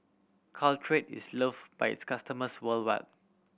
Caltrate is love by its customers worldwide